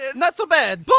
and not so bad.